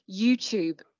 YouTube